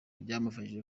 byamufashije